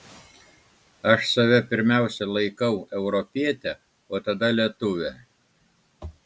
aš save pirmiausia laikau europiete o tada lietuve